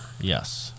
Yes